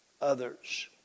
others